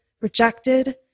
rejected